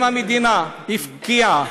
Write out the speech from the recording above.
אם המדינה הפקיעה